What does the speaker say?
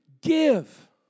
give